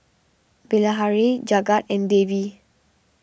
Bilahari Jagat and Devi